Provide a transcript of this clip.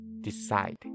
decide